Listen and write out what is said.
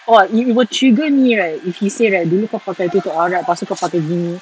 !wah! it'll it will trigger me right if he say that dulu kau pakai tutup aurat lepas tu kau pakai gini